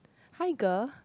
hi girl